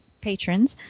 patrons